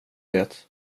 det